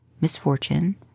misfortune